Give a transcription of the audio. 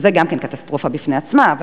שגם זה קטסטרופה בפני עצמה,